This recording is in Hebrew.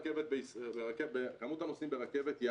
כמות הנוסעים ברכבת,